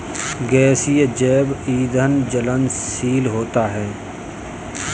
गैसीय जैव ईंधन ज्वलनशील होता है